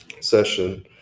session